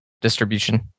distribution